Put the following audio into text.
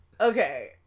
okay